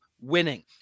Winning